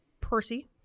Percy